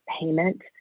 payment